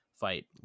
fight